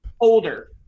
Older